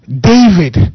David